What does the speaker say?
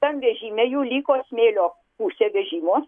tam vežime jų liko smėlio pusę vežimo